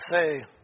say